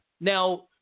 Now